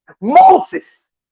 Moses